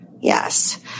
Yes